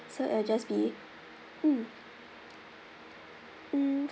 so it'll just be mm mm